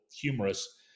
humorous